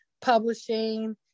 publishing